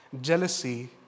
Jealousy